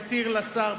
מתיר לשר,